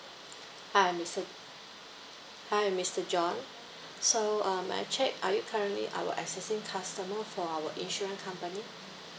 hi mister hi mister john so um may I check are you currently our existing customer for our insurance company